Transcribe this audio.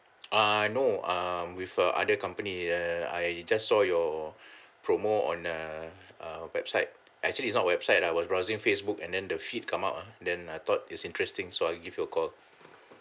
ah no um with uh other company err I just saw your promo on a uh website actually is not website I was browsing facebook and then the feed come out ah then I thought is interesting so I give you a call